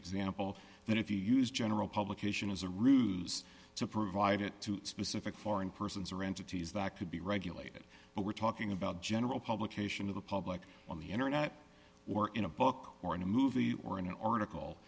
example of that if you use general publication as a ruse to provide it to specific foreign persons or entities that could be regulated but we're talking about general publication of the public on the internet or in a book or in a movie or in an article